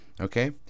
okay